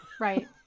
Right